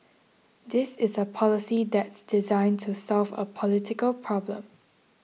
this is a policy that's designed to solve a political problem